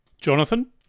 Jonathan